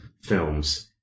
films